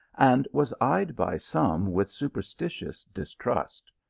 and was eyed by some with superstitious distrust.